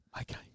Okay